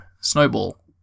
snowball